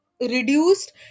reduced